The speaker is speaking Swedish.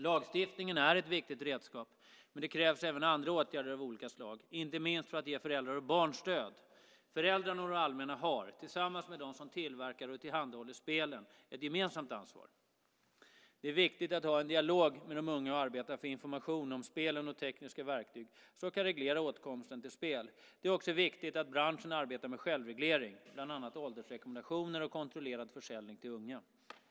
Lagstiftningen är ett viktigt redskap men det krävs även andra åtgärder av olika slag, inte minst för att ge föräldrar och barn stöd. Föräldrarna och det allmänna har, tillsammans med dem som tillverkar och tillhandahåller spelen, ett gemensamt ansvar. Det är viktigt att ha en dialog med de unga och att arbeta för information om spelen och tekniska verktyg som kan reglera åtkomsten till spel. Det är också viktigt att branschen arbetar med självreglering, bland annat åldersrekommendationer och kontrollerad försäljning till unga.